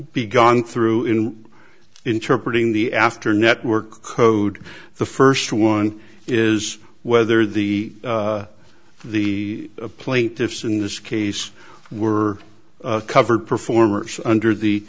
be gone through and interpreted in the after network code the first one is whether the the plaintiffs in this case were covered performers under the